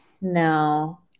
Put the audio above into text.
No